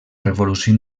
revolució